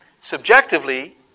Subjectively